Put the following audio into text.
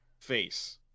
Face